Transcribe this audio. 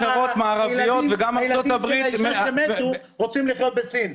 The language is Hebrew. גם הילדים של האישה שמתו רוצים לחיות בסין.